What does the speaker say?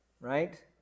right